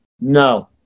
No